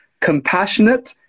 compassionate